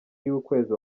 y’ukwezi